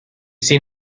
seen